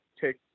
take